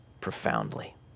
profoundly